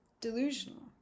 delusional